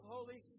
Holy